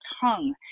tongue